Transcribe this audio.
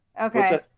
Okay